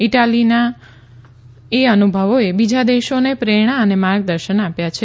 ઇટાલીના એ અનુભવોએ બીજા દેશોને પ્રેરણા અને માર્ગદર્શન આપ્યા છે